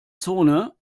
zone